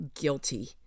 guilty